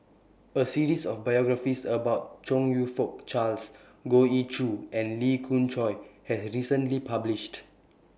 A series of biographies about Chong YOU Fook Charles Goh Ee Choo and Lee Khoon Choy was recently published